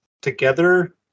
together